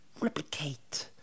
replicate